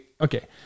Okay